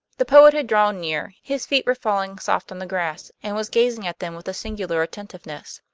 the poet had drawn near, his feet were falling soft on the grass, and was gazing at them with a singular attentiveness.